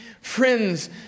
friends